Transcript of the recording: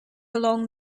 along